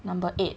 number eight